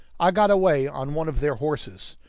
i got away on one of their horses.